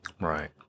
Right